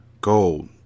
Gold